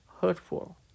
hurtful